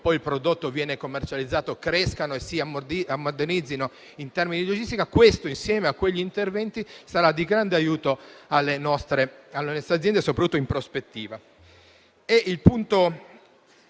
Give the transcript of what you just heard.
dove il prodotto viene commercializzato crescano e si ammodernizzino in termini di logistica. Questo, insieme a quegli interventi, sarà di grande aiuto alle nostre aziende, soprattutto in prospettiva.